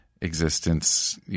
existence